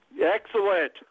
Excellent